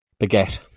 baguette